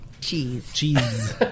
Cheese